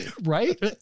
right